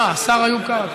השר איוב קרא.